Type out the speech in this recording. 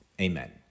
amen